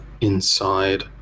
inside